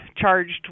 charged